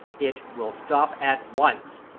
it will stop at once.